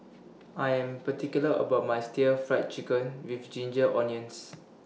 I Am particular about My Stir Fried Chicken with Ginger Onions